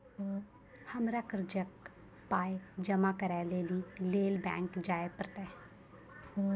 हमरा कर्जक पाय जमा करै लेली लेल बैंक जाए परतै?